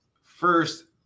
First